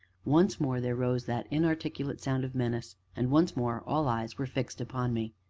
once more there rose that inarticulate sound of menace, and once more all eyes were fixed upon me.